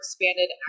expanded